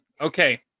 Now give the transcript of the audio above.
Okay